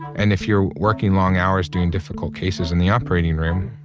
and if you're working long hours during difficult cases in the operating room,